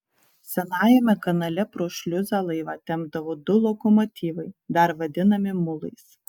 senajame kanale pro šliuzą laivą tempdavo du lokomotyvai dar vadinami mulais